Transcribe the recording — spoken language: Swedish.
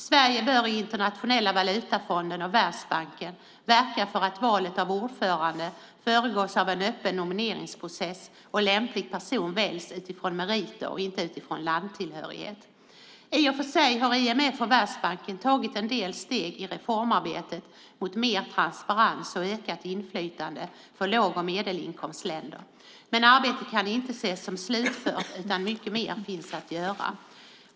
Sverige bör i Internationella valutafonden och Världsbanken verka för att valet av ordförande föregås av en öppen nomineringsprocess och att lämplig person väljs utifrån meriter och inte utifrån landtillhörighet. I och för sig har IMF och Världsbanken tagit en del steg i reformarbetet mot mer transparens och inflytande för låg och medelinkomstländer. Men arbetet kan inte ses som slutfört, utan mycket mer finns att göra.